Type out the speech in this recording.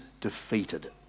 defeated